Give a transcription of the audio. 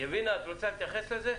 יבינה, רוצה להתייחס לזה?